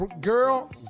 Girl